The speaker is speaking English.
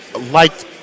liked